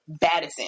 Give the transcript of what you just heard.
Badison